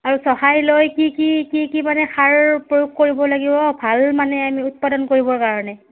আৰু চহাই লৈ কি কি কি কি মানে সাৰ প্ৰয়োগ কৰিব লাগিব ভাল মানে আমি উৎপাদন কৰিবৰ কাৰণে